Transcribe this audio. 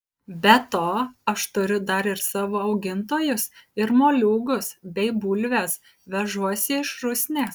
be to aš turiu dar ir savo augintojus ir moliūgus bei bulves vežuosi iš rusnės